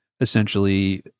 essentially